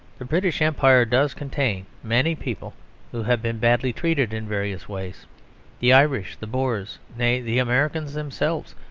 the british empire does contain many people who have been badly treated in various ways the irish, the boers nay, the americans themselves,